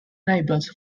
rivals